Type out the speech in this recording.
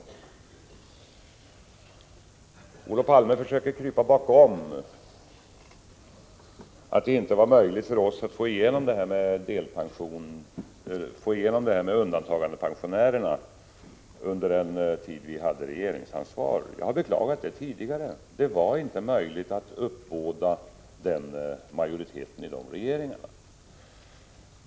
Olof Palme försöker krypa bakom påpekandet att det inte var möjligt för oss att få igenom våra förslag beträffande undantagandepensionärerna under den tid som vi hade regeringsansvar. Jag har beklagat det tidigare. Det var tyvärr inte möjligt att uppbåda majoritet för de förslagen i de regeringarna.